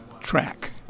track